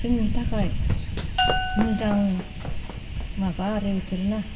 जोंनि थाखाय मोजां माबा आरो इफोरो ना